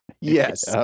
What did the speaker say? Yes